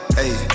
hey